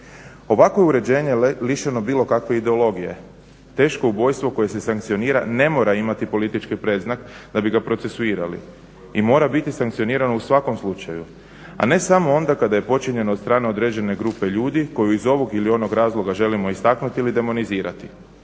Ovako je uređene lišeno bilo kakve ideologije. Teško ubojstvo koje se sankcionira ne mora imati politički predznak da bi ga procesuirali i mora biti sankcionirano u svakom slučaju, a ne samo onda kada je počinjeno od strane određene grupe ljudi koju iz ovog ili onog razloga želimo istaknuti ili demonizirati.